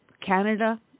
Canada